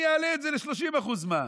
אני אעלה את זה ל-30% מע"מ.